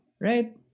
right